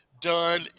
done